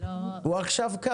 הוא קם עכשיו.